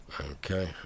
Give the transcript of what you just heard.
Okay